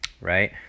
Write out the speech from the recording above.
right